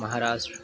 Maharashtra